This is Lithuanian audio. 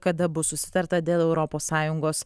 kada bus susitarta dėl europos sąjungos